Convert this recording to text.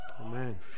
Amen